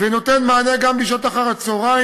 ונותן מענה גם בשעות אחר-הצהריים,